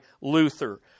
Luther